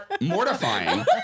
mortifying